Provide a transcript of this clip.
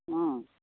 অঁ